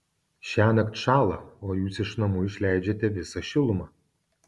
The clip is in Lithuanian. šiąnakt šąla o jūs iš namų išleidžiate visą šilumą